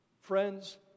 Friends